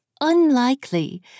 unlikely